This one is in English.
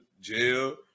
jail